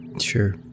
Sure